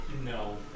No